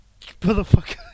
Motherfucker